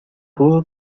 rudo